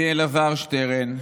אני, אלעזר שטרן,